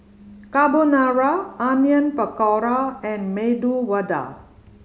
Carbonara Onion Pakora and Medu Vada